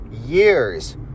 years